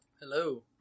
Hello